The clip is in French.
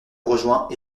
rejoint